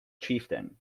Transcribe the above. chieftain